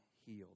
healed